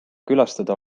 külastada